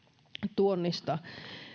tuonnista